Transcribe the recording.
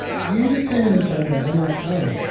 you just came in and told me that i'm like carly,